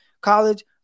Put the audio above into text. college